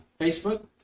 Facebook